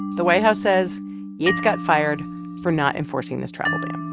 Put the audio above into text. the white house says yates got fired for not enforcing this travel ban.